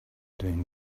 been